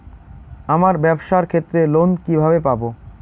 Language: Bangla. আমার ব্যবসার ক্ষেত্রে লোন কিভাবে পাব?